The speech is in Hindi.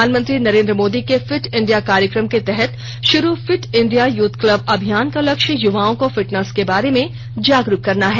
प्रधानमंत्री नरेंद्र मोदी के फिट इंडिया कार्यक्रम के तहत शुरू फिट इंडिया यूथ क्लब अभियान का लक्ष्य युवाओं को फिटनेस के बारे में जागरूक करना है